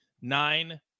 Nine